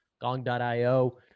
gong.io